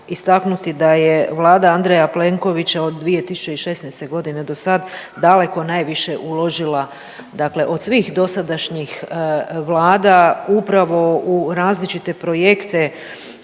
istaknuti da je vlada Andreja Plenkovića od 2016. godine dosada daleko najviše uložila dakle od svih dosadašnjih vlada upravo u različite projekte